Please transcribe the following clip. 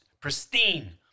pristine